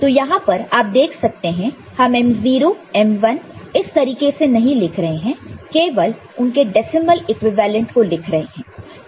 तो यहां पर आप देख सकते हैं कि हम m0 m1 इस तरीके से नहीं लिख रहे हैं केवल उनके डेसिमल इक्विवेलेंट को लिख रहे हैं